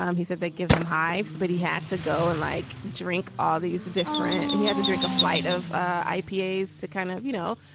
um he said they give him hives, but he had to go and like drink all these different. he has a drink, a flight of ah ipd to kind of, you know,